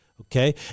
Okay